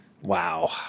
Wow